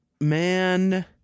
Man